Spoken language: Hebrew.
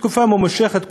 לתקופה ממושכת,